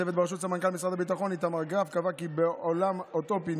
צוות בראשות סמנכ"ל משרד הביטחון איתמר גרף קבע כי בעולם אוטופי,